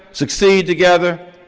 succeed together,